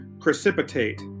precipitate